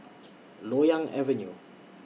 Loyang Avenue